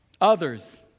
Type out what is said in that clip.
others